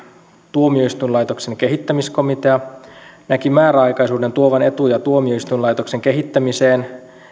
tuomioistuinlaitoksen kehittämiskomitea näki määräaikaisuuden tuovan etuja tuomioistuinlaitoksen kehittämisen ja laadun kannalta